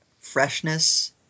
freshness